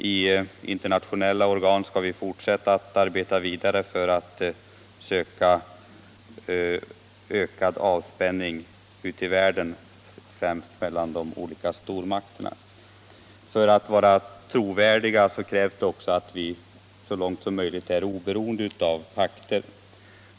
I internationella organ skall vi arbeta vidare för ökad avspänning ute i världen — främst mellan de olika stormakterna. Det krävs också att vi, för att vara trovärdiga, så långt som möjligt är oberoende av pakter.